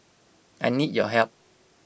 I need your help